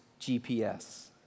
GPS